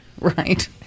Right